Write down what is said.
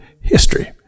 history